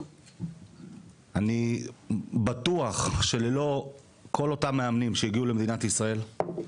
אני בטוח שללא כל אותם מאמנים שהגיעו למדינת ישראל,